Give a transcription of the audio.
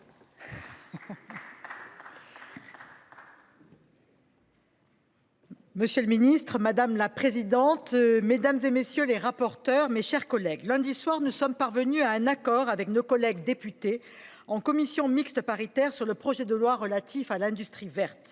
mixte paritaire. Madame la présidente, monsieur le ministre, mes chers collègues, lundi soir, nous sommes parvenus à un accord avec nos collègues députés, en commission mixte paritaire, sur le projet de loi relatif à l’industrie verte.